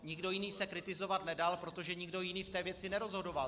Nikdo jiný se kritizovat nedal, protože nikdo jiný v té věci nerozhodoval.